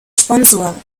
sponsor